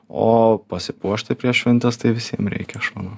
o pasipuošti prieš šventes tai visiem reikia aš manau